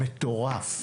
מטורף.